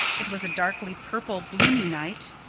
it was a darkly-purple bloomy night.